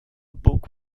book